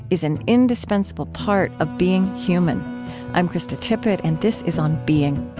is an indispensable part of being human i'm krista tippett, and this is on being